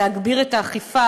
להגביר את האכיפה,